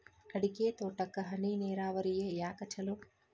ಅಡಿಕೆ ತೋಟಕ್ಕ ಹನಿ ನೇರಾವರಿಯೇ ಯಾಕ ಛಲೋ?